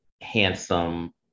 handsome